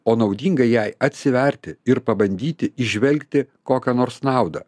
o naudinga jai atsiverti ir pabandyti įžvelgti kokią nors naudą